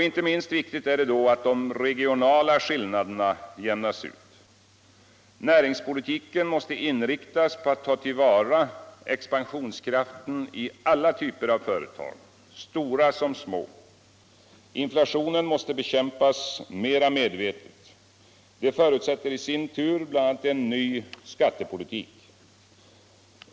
Inte minst viktigt är det då att de regionala skillnaderna jämnas ut. Näringspolitiken måste inriktas på att ta till vara expansionskraften i alla typer av företag, stora som små. Inflationen måste bekämpas mera medvetet. Det förutsätter i sin tur bl.a. en ny skattepolitik.